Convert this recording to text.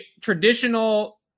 traditional